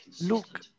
Look